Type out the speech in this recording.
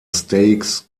steaks